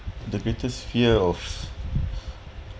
the greatest fear of